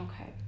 Okay